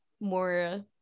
more